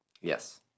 Yes